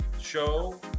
show